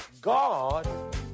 God